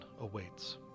awaits